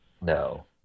No